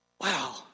wow